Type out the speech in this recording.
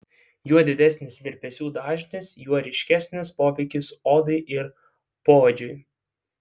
juo didesnis virpesių dažnis juo ryškesnis poveikis odai ir poodžiui